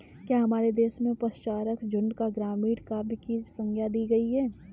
क्या हमारे देश में पशुचारक झुंड को ग्रामीण काव्य की संज्ञा दी गई है?